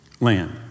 land